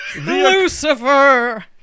Lucifer